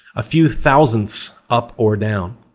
a few thousandths up or down.